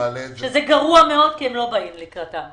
שזה גרוע מאוד כי הם לא באים לקראתם.